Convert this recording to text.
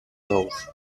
nous